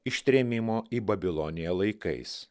ištrėmimo į babiloniją laikais